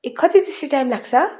ए कति जस्तो टाइम लाग्छ